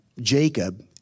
Jacob